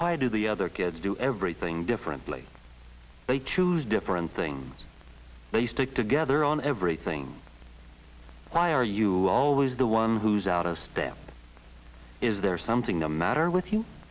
i do the other kids do everything differently they choose different things they stick together on everything why are you always the one who's out of step is there something the matter with